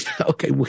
Okay